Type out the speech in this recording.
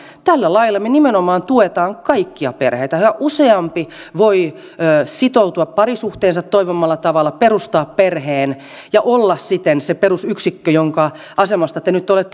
tällä lailla me nimenomaan tuemme kaikkia perheitä ja yhä useampi voi sitoutua parisuhteeseensa toivomallaan tavalla perustaa perheen ja olla siten se perusyksikkö jonka asemasta te nyt olette huolissanne